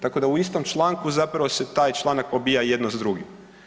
Tako da u istom članku zapravo se taj članak pobija jedno s drugim.